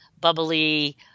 bubbly